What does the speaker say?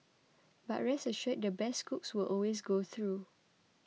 but rest assured the best cooks will always go through